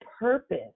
purpose